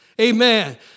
Amen